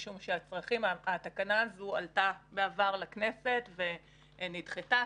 משום שהתקנה הזאת עלתה בעבר לכנסת ונדחתה.